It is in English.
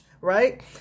right